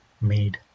made